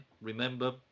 remember